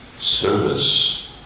service